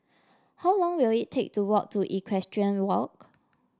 how long will it take to walk to Equestrian Walk